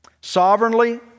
Sovereignly